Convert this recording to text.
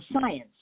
science